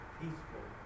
peaceful